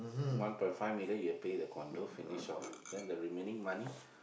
one point five million you pay the condo finish off then the remaining money